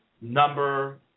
number